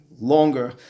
Longer